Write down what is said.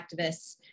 activists